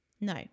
No